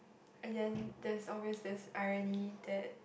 and then there's always this irony that